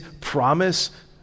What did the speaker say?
promise